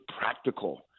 practical